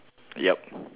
yup